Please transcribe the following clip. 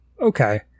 okay